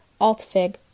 Altfig